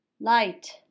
Light